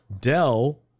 Dell